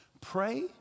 pray